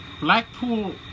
Blackpool